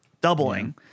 doubling